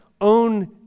own